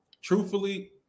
Truthfully